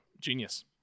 genius